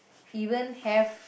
even have